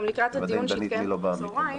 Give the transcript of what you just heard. גם לקראת הדיון שיתקיים בצוהריים: